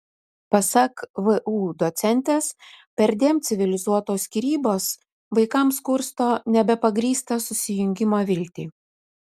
pasak vu docentės perdėm civilizuotos skyrybos vaikams kursto nebepagrįstą susijungimo viltį